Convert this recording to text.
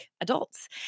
adults